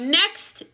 next